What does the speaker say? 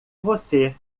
você